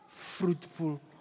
fruitful